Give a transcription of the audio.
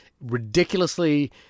ridiculously